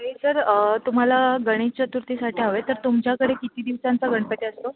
ते सर तुम्हाला गणेश चतुर्थीसाठी हवे आहेत तर तुमच्याकडे किती दिवसांचा गणपती असतो